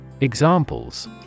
Examples